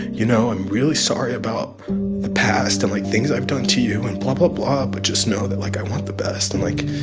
you know, i'm really sorry about the past and, like, things i've done to you and blah, blah, blah. but just know that, like, i want the best. and, like,